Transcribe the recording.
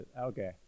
okay